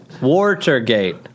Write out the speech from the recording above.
Watergate